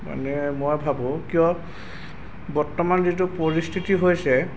মানে মই ভাবোঁ কিয় বৰ্তমান যিটো পৰিস্থিতি হৈছে